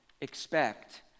expect